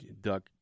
duck